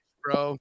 bro